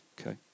Okay